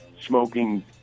smoking